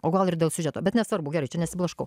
o gal ir dėl siužeto bet nesvarbu gerai čia nesiblaškau